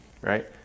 right